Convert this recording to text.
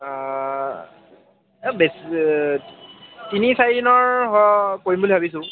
বেছ তিনি চাৰি দিনৰ হ কৰিম বুলি ভাবিছোঁ